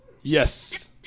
Yes